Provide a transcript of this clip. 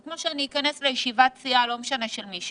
זה כמו שאכנס לישיבת סיעה לא משנה של מי,